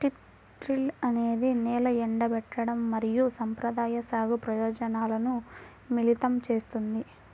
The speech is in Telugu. స్ట్రిప్ టిల్ అనేది నేల ఎండబెట్టడం మరియు సంప్రదాయ సాగు ప్రయోజనాలను మిళితం చేస్తుంది